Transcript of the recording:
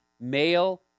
male